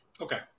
Okay